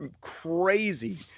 crazy